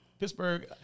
Pittsburgh